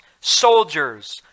soldiers